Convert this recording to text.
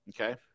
okay